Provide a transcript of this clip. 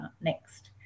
Next